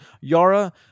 Yara